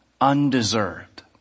undeserved